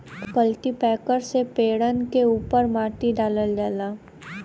cultipacker से पेड़न के उपर माटी डालल जाला